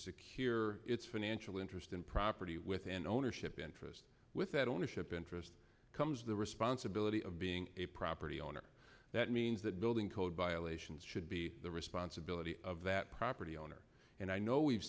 secure its financial interest in property with an ownership interest with that ownership interest comes the responsibility of being a property owner that means that building code violations should be the responsibility of that property owner and i know we've